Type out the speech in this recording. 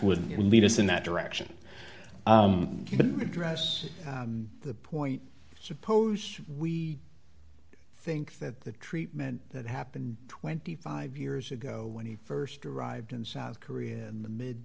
would lead us in that direction but dress the point suppose we i think that the treatment that happened twenty five years ago when he st arrived in south korea in the mid